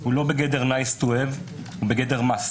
הוא לא בגדר nice to have אלא בגדר must.